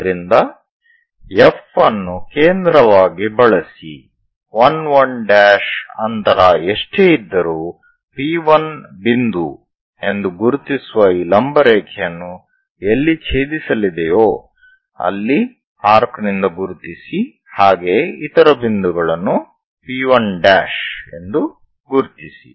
ಆದ್ದರಿಂದ F ಅನ್ನು ಕೇಂದ್ರವಾಗಿ ಬಳಸಿ 1 1 'ಅಂತರ ಎಷ್ಟೇ ಇದ್ದರೂ P1 ಬಿಂದು ಎಂದು ಗುರುತಿಸುವ ಈ ಲಂಬ ರೇಖೆಯನ್ನು ಎಲ್ಲಿ ಛೇದಿಸಲಿದೆಯೋ ಅಲ್ಲಿ ಆರ್ಕ್ ನಿಂದ ಗುರುತಿಸಿ ಹಾಗೆಯೇ ಇತರ ಬಿಂದುಗಳನ್ನು P1' ಎಂದು ಗುರುತಿಸಿ